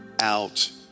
out